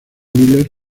miller